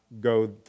go